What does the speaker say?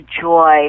joy